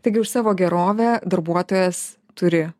taigi už savo gerovę darbuotojas turi